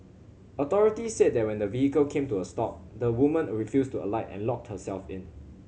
authorities said that when the vehicle came to a stop the woman refused to alight and locked herself in